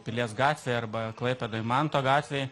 pilies gatvėj arba klaipėdoj manto gatvėj